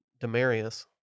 Demarius